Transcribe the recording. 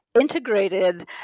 integrated